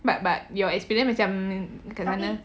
but but your experience macam kat sana